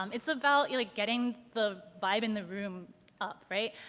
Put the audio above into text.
um it's about you know getting the vibe in the room up, right?